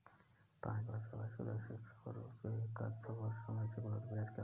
पाँच प्रतिशत वार्षिक दर से सौ रुपये का दो वर्षों में चक्रवृद्धि ब्याज क्या होगा?